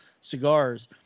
Cigars